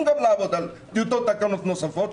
גם לעבוד על טיוטות תקנות נוספות,